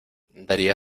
daría